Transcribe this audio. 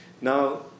Now